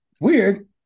Weird